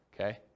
Okay